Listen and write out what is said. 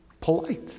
polite